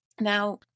now